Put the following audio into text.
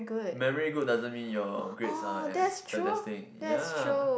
memory good doesn't mean your grades are as fantastic ya